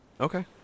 Okay